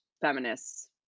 feminists